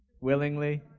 Willingly